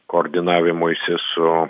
koordinavimuisi su